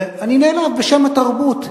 ואני נעלב בשם התרבות,